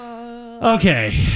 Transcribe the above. Okay